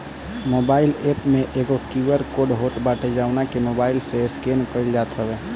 mobile app में एगो QR code होत बाटे जवना के मोबाईल से स्केन कईल जात हवे